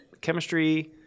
Chemistry